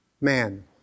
Man